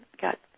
got